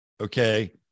Okay